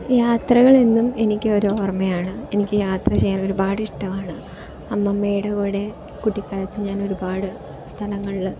യാത്രകൾ എന്നും എനിക്കൊരു ഓർമ്മയാണ് എനിക്ക് യാത്ര ചെയ്യാൻ ഒരുപാട് ഇഷ്ടമാണ് അമ്മമ്മയുടെ കൂടെ കുട്ടിക്കാലത്ത് ഞാൻ ഒരുപാട് സ്ഥലങ്ങളിൽ